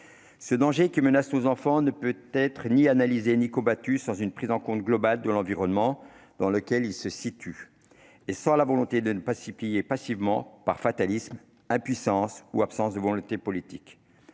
Ce danger qui menace nos enfants ne peut être ni analysé ni combattu sans une prise en compte globale de l'environnement dans lequel il se situe, sans la volonté de ne pas s'y plier passivement, par fatalisme, impuissance ou absence de volonté politique.